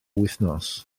wythnos